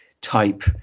type